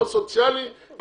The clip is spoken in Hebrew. לא סוציאלי,